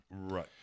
Right